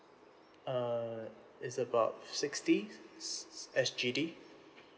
uh it's about sixty s~ s~ S_G_D